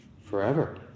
forever